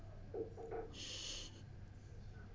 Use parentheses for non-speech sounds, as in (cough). (laughs)